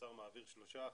האוצר מעביר שלושה מיליון,